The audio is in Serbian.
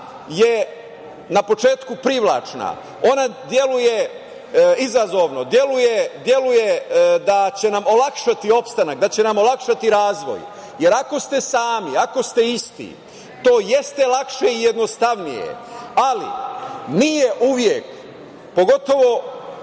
je na početku privlačna, ona deluje izazovno, deluje da će nam olakšati opstanak, da će nam olakšati razvoj, jer ako ste sami, ako ste isti, to jeste lakše i jednostavnije, ali nije uvek, pogotovo,